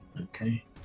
Okay